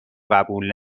قبول